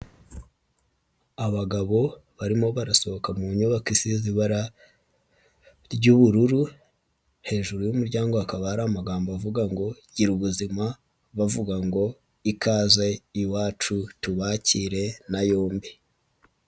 Abagabo barimo barasohoka mu nyubako isize ibara ry'ubururu hejuru y'umuryango hakaba hari amagambo avuga ngo, gira ubuzima ikaze iwacu tubakire na yombi.